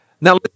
Now